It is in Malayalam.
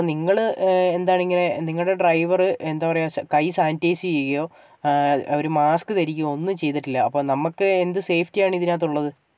അപ്പം നിങ്ങൾ എന്താണ് ഇങ്ങനെ നിങ്ങളുടെ ഡ്രൈവറ് എന്താ പറയാ കൈ സാനിറ്റൈസ് ചെയ്യുകയോ ഒരു മാസ്ക് ധരിക്കുവോ ഒന്നും ചെയ്തിട്ടില്ല അപ്പം നമുക്ക് എന്ത് സേഫ്റ്റി ആണ് ഇതിനകത്ത് ഉള്ളത്